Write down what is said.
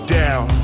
down